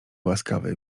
łaskawy